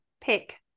pick